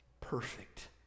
perfect